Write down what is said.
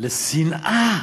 לשנאה